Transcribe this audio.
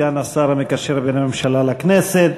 סגן השר המקשר בין הממשלה לכנסת.